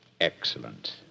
Excellent